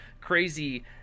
crazy